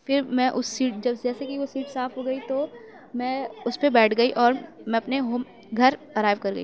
پھر میں اُس سیٹ جیسے کہ وہ سِیٹ صاف ہو گئی تو میں اُس پہ بیٹھ گئی اور میں اپنے ہوم گھر ارائیو کر گئی